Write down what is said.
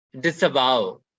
disavow